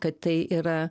kad tai yra